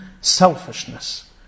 selfishness